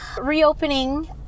reopening